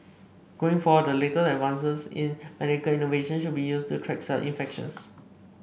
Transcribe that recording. going forward the latest advances in medical innovation should be used to track such infections